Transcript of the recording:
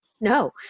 no